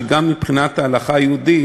שגם מבחינת ההלכה היהודית,